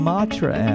Matra